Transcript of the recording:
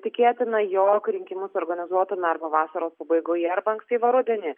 tikėtina jog rinkimus organizuotume arba vasaros pabaigoje arba ankstyvą rudenį